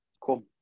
cool